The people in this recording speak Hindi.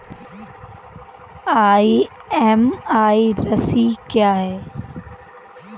ई.एम.आई राशि क्या है?